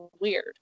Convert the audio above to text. weird